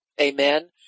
Amen